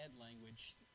language